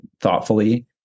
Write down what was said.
thoughtfully